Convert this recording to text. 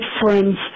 friends